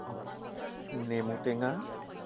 নেমুটেঙা